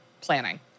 planning